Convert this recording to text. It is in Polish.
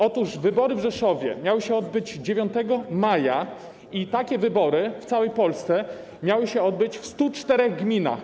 Otóż wybory w Rzeszowie miały się odbyć 9 maja i takie wybory w całej Polsce miały się odbyć w 104 gminach.